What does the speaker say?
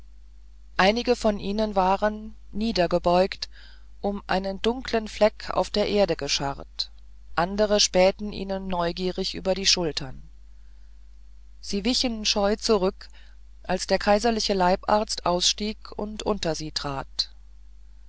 einige von ihnen waren niedergebeugt um einen dunklen fleck auf der erde geschart andere spähten ihnen neugierig über die schultern sie wichen scheu zurück als der kaiserliche leibarzt ausstieg und unter sie trat